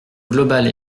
globale